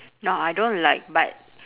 no I don't like but